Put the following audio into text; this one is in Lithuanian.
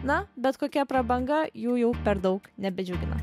na bet kokia prabanga jų jau per daug nebedžiugina